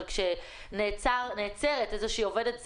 אבל כשנעצרת איזושהי עובדת זרה,